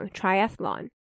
Triathlon